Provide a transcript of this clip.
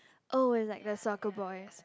oh it's like the soccer boys